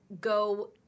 go